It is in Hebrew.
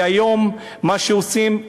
כי היום מה שעושים,